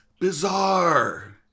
bizarre